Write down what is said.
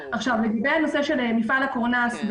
לגבי מפעל הקורנס,